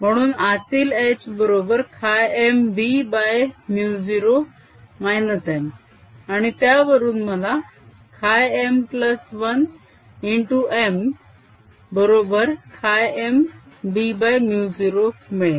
म्हणून आतील h बरोबर χm b μ0 m आणि त्यावरून मला χm1 m बरोबर χm bμ0 मिळेल